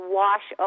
wash